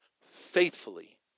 faithfully